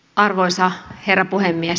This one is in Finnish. arvoisa herra puhemies